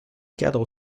cadre